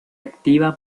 activa